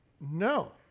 No